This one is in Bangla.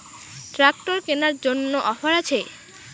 ট্রাক্টর কেনার জন্য অফার আছে?